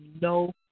no